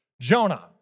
Jonah